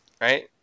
Right